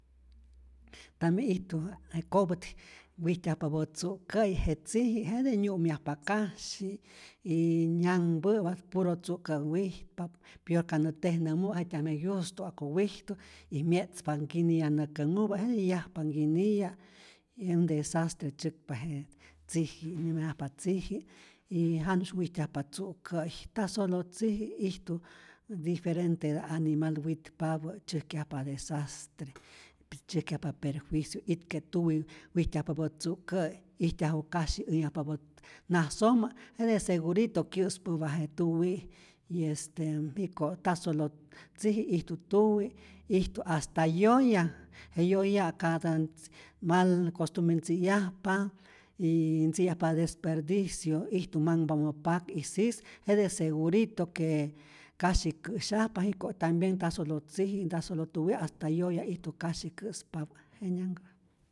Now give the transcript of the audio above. Tambien ijtu je kopät, wijtyajpapä tzu'kä'yi je tziji jete nyu'myajpa kasyi y nyanhpä'pa, puro tzu'kä' witpa pyor ka nä tejnämu'äk jetyajme gyusto ja'ku wijtu y mye'tzpa nkiniya nä känhupä, jetij yajpa nhkiniya', y un desatre tzyäkpa je tziji, nyajmayajpa tziji' y janu'sy wijtyajpa tzu'kä'yi, ta solo tziji', ijtu diferenteta' animal witpapä tzyäjkyajpa desastre, y tzyäjkyajpa perjuicio, itke' tuwi' wijtyajpapä tzu'kä', ijtyaju kasyi änhyajpapä nasojmä, jete segurito kyä'späpa je tuwi' y este jiko ta solo tziji, ijtu tuwi', ijtu hasta yoyaj, je yoya' katä mal costumbre ntziyajpa y ntziyajpa desperdicio ijtu manhpamä pak y sis jete segurito que kasyi kä'syajpa, jiko tambien ta solo tziji, nta solo tuwi', hasta yoya ijtu kasyi kä'spapä, jenyanhkä.